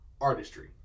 artistry